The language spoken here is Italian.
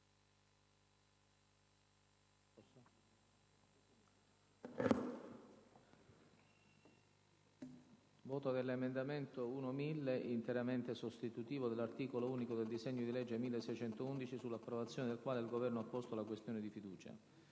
dell'emendamento 1.1000, interamente sostitutivo dell'articolo 1 del disegno di legge n. 1611, sulla cui approvazione il Governo ha posto la questione di fiducia.